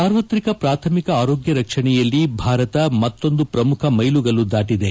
ಸಾರ್ವತ್ರಿಕ ಪ್ರಾಥಮಿಕ ಆರೋಗ್ಯ ರಕ್ಷಣೆಯಲ್ಲಿ ಭಾರತ ಮತ್ತೊಂದು ಪ್ರಮುಖ ಮೈಲುಗಲ್ಲು ದಾಟದೆ